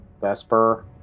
Vesper